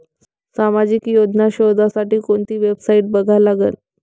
सामाजिक योजना शोधासाठी कोंती वेबसाईट बघा लागन?